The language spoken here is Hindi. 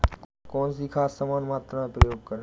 कौन सी खाद समान मात्रा में प्रयोग करें?